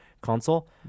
console